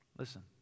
Listen